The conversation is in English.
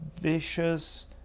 vicious